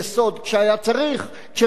כשרצו מטעמי תקציב,